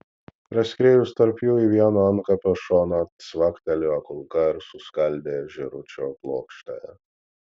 praskriejusi tarp jų į vieno antkapio šoną cvaktelėjo kulka ir suskaldė žėručio plokštę